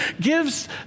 gives